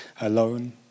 alone